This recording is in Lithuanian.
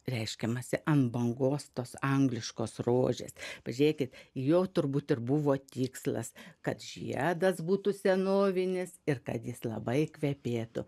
reiškiamasi ant bangos tos angliškos rožės pažiūrėkit jo turbūt ir buvo tikslas kad žiedas būtų senovinis ir kad jis labai kvepėtų